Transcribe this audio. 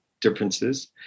differences